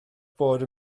bod